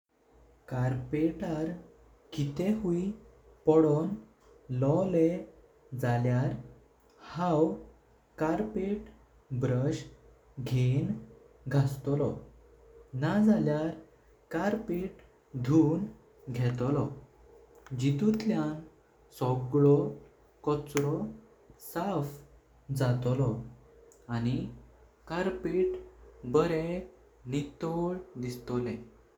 कार्पेटार किते हुई पोडों लवले जाल्यार हांव कार्पेट ब्रश घेण घास्तलो। नजाल्यार कार्पेट धूण घेतलो जितल्यां सगळो कचरो साफ जातोलो आणि कार्पेट बरे नितोल दियातोले।